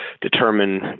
determine